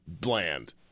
bland